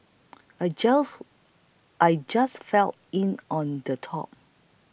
I just I just fell in on the top